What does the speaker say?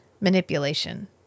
manipulation